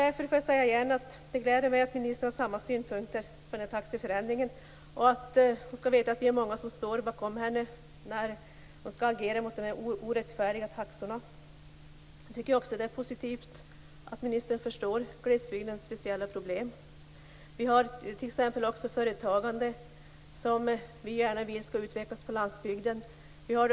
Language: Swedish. Därför gläder det mig att ministern har samma synpunkter på den här taxeförändringen. Hon skall veta att vi är många som står bakom henne när hon skall agera mot dessa orättfärdiga taxor. Jag tycker också att det är positivt att ministern förstår glesbygdens speciella problem. Vi har t.ex. också företagande som vi gärna vill skall utvecklas på landsbygden.